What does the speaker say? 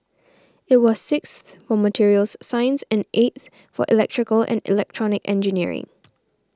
it was sixth for materials science and eighth for electrical and electronic engineering